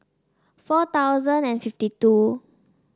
four thousand and fifty two